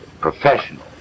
professional